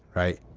right.